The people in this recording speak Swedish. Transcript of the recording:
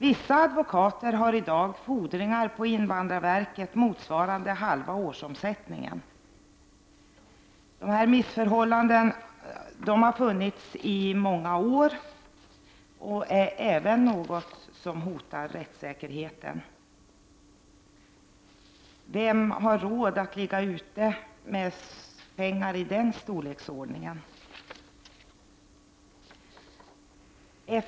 Vissa advokater har i dag fordringar på invandrarverket motsvarande halva årsomsättningen. Dessa missförhållanden har funnits i många år, och även det är något som hotar rättssäkerheten. Vem har råd att ligga ute med pengar i den storleksordningen?